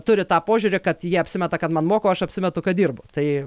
turi tą požiūrį kad jie apsimeta kad man moka o aš apsimetu kad dirbu tai